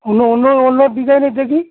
অন্য অন্য অন্য ডিজাইনের দেখি